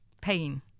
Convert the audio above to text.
pain